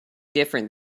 different